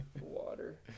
water